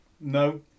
No